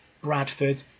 Bradford